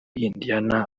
indiana